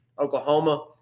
Oklahoma